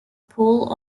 pole